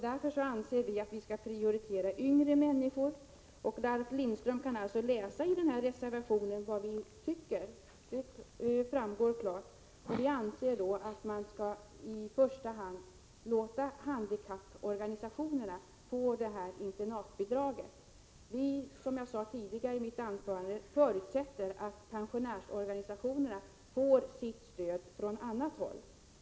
Därför anser vi att vi skall prioritera yngre människor. Ralf Lindström kan alltså läsa i reservationen vad vi tycker. Det framgår klart att vi anser att man i första hand skall låta handikapporganisationerna få det här internatbidraget. Som jag sade i mitt tidigare anförande förutsätter vi att pensionärsorganisationerna får sitt stöd från annat håll.